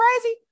crazy